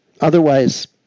Otherwise